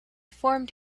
formed